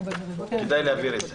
כדאי להבהיר את זה.